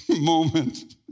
moment